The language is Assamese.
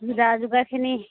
যা যোগাৰখিনি